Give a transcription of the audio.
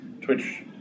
Twitch